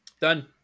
Done